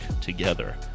together